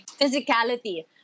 physicality